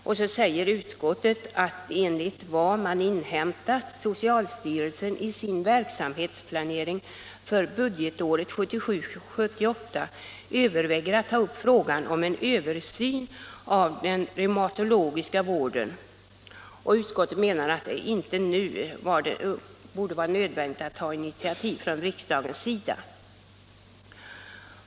Utskottet skriver vidare att enligt vad man inhämtat socialstyrelsen i sin verksamhetsplanering för budgetåret 1977/78 överväger att ta upp frågan om en översyn av den reumatologiska vården. Utskottet menar att det inte nu borde vara nödvändigt att ta initiativ från riksdagens sida.